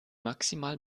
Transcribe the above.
maximal